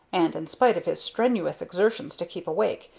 and in spite of his strenuous exertions to keep awake,